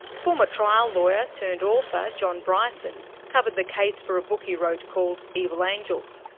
former trial lawyer, turned author, john bryson, covered the case for a book he wrote called evil angels.